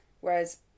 Whereas